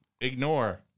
ignore